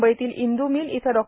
मुंबईतील इंदू र्मिल इथं डॉ